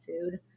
food